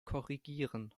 korrigieren